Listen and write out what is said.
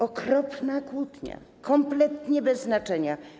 Okropna kłótnia, kompletnie bez znaczenia.